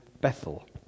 Bethel